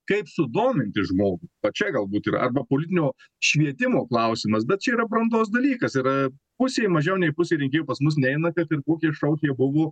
kaip sudominti žmogų va čia galbūt yra arba politinio švietimo klausimas bet čia yra brandos dalykas yra pusė mažiau nei pusė rinkėjų pas mus neina kad ir kokie šou tie buvo